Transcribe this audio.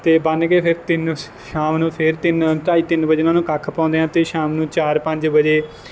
ਅਤੇ ਬੰਨ ਕੇ ਫਿਰ ਤਿੰਨ ਸ਼ਾਮ ਨੂੰ ਫਿਰ ਤਿੰਨ ਢਾਈ ਤਿੰਨ ਵਜੇ ਨਾ ਨੂੰ ਕੱਖ ਪਾਉਂਦੇ ਆ ਅਤੇ ਸ਼ਾਮ ਨੂੰ ਚਾਰ ਪੰਜ ਵਜੇ